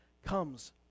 comes